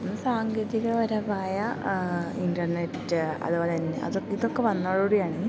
സാങ്കേതികപരമായ internet അതുപോലെ തന്നെ അതൊക്കെ ഇതൊക്കെ വന്നതോട് കൂടിയാണ്